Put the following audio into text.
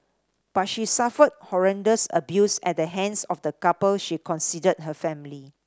but she suffered horrendous abuse at the hands of the couple she considered her family